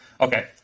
okay